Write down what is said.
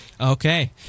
Okay